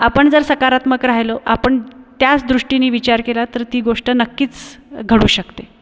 आपण जर सकारात्मक राहिलो आपण त्याच दृष्टीने विचार केला तर ती गोष्ट नक्कीच घडू शकते